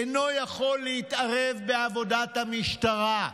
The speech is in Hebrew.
אינו יכול להתערב בעבודת המשטרה,